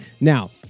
Now